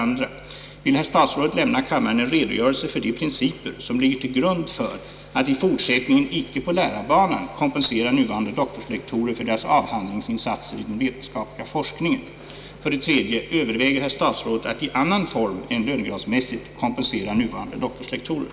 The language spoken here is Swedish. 2) Vill herr statsrådet lämna kammaren en redogörelse för de principer som ligger till grund för att i fortsättningen icke på lärarbanan kompensera nuvarande doktorslektorer för deras avhandlingsinsatser i den vetenskapliga forskningen? 3) Överväger herr statsrådet att i annan form än lönegradsmässigt kompensera nuvarande doktorslektorer?